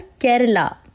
Kerala